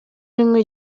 rimwe